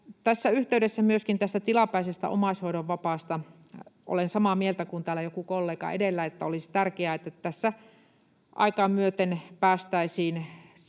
Tässä yhteydessä myöskin tästä tilapäisestä omaishoidon vapaasta. Olen samaa mieltä kuin täällä joku kollega edellä, että olisi tärkeää, että tässä aikaa myöten